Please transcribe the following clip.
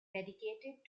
dedicated